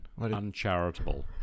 Uncharitable